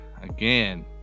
again